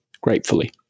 gratefully